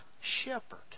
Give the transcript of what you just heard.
shepherd